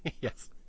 Yes